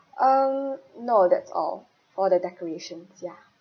um no that's all for the decorations ya